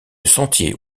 sentier